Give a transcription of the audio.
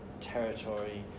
territory